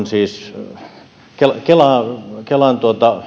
siis arviointiin kelan